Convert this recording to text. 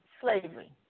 slavery